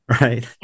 right